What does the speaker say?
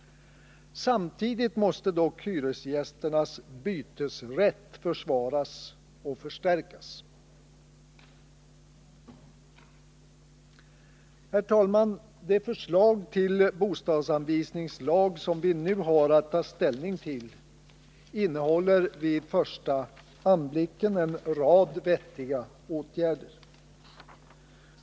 Samtidigt måste dock hyresgästernas bytesrätt försvaras och förstärkas. Herr talman! Det förslag till bostadsanvisningslag som vi nu har att ta ställning till innehåller vid första anblicken en rad vettiga åtgärder.